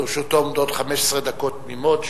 לרשותו עומדות 15 דקות תמימות,